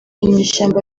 inyeshyamba